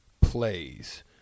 plays –